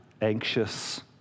anxious